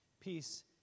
Peace